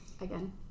again